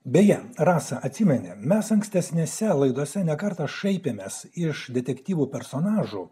beje rasą atsimeni mes ankstesnėse laidose ne kartą šaipėmės iš detektyvų personažų